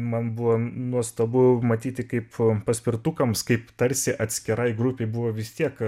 man buvo nuostabu matyti kaip paspirtukams kaip tarsi atskirai grupei buvo vis tiek